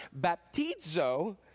baptizo